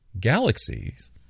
galaxies